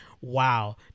wow